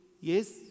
yes